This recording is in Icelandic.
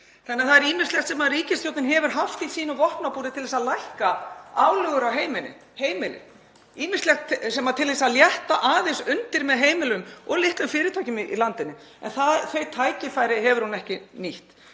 Það er ýmislegt sem ríkisstjórnin hefur haft í sínu vopnabúri til þess að lækka álögur á heimilin, ýmislegt til að létta aðeins undir með heimilum og litlum fyrirtækjum í landinu. En þau tækifæri hefur hún ekki nýtt.